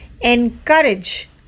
encourage